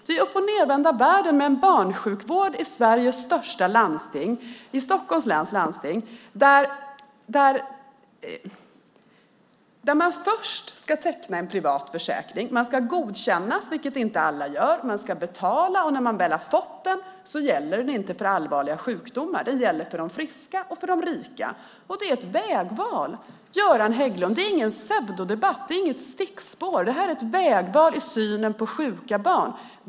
Det är uppochnedvända världen med en barnsjukvård i Sveriges största landsting, i Stockholms läns landsting, där man först ska teckna en privat försäkring. Man ska bli godkänd, vilket inte alla blir. Man ska betala. Och när man väl har fått den gäller den inte för allvarliga sjukdomar. Den gäller för de friska och för de rika, och det är ett vägval. Göran Hägglund! Det är ingen pseudodebatt. Det är inget stickspår. Det här är ett vägval i synen på sjuka barn.